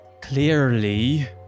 Clearly